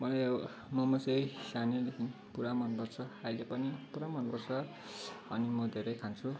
मलाई मोमो चाहिँ सानैदेखि पुरा मनपर्छ अहिले पनि पुरा मनपर्छ अनि म धेरै खान्छु